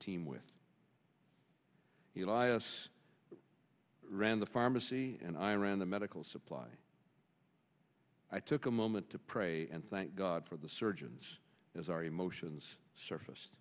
team with he elias ran the pharmacy and i ran the medical supply i took a moment to pray and thank god for the surgeons as our emotions surface